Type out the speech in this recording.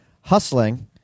Hustling